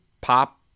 pop